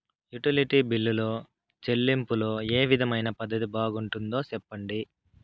Utility బిల్లులో చెల్లింపులో ఏ విధమైన పద్దతి బాగుంటుందో సెప్పండి?